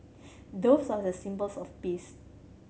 doves are the symbols of peace